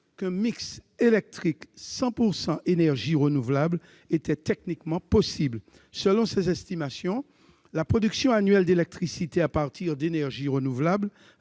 qu'un mix électrique composé de 100 % d'énergies renouvelables était techniquement possible. Selon ses estimations, la production annuelle d'électricité à partir d'énergies renouvelables